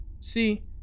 See